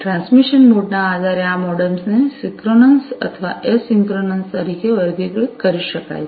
transmission mode ના આધારે આ મોડેમ્સને સિંક્રનસ અથવા અસિંક્રનસ તરીકે વર્ગીકૃત કરી શકાય છે